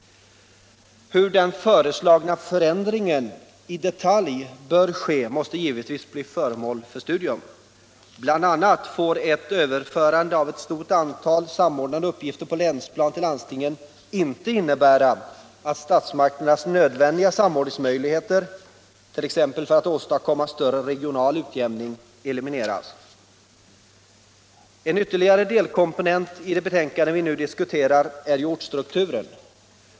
Hur den föreslagna förändringen i detalj bör genomföras måste givetvis bli föremål för studium. BI. a. får ett överförande av ett stort antal samordnande uppgifter på länsplan till landstingen inte innebära att statsmakternas nödvändiga samordningsmöjligheter, t.ex. för att åstadkomma större regional utjämning, elimineras. En ytterligare delkomponent i det betänkande som vi nu diskuterar är ortsstrukturen.